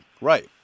Right